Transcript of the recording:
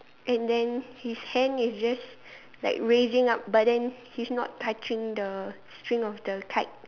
and then his hand is just like raising up but then he's not touching the string of the kite